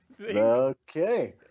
Okay